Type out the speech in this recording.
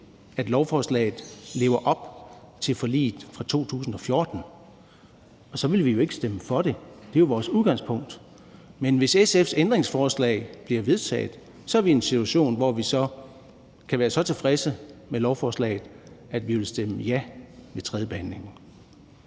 at lovforslaget lever op til forliget fra 2014, og så vil vi jo ikke stemme for det. Det er jo vores udgangspunkt. Men hvis SF's ændringsforslag bliver vedtaget, er vi i en situation, hvor vi kan være så tilfredse med lovforslaget, at vi vil stemme ja ved tredjebehandlingen.